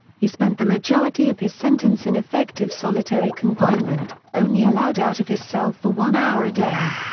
he spent the majority of his sentence in effective solitary confinement, only allowed out of his cell for one hour a day.